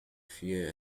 fear